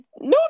No